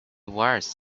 wires